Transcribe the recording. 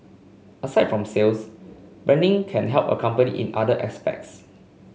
aside from sales branding can help a company in other aspects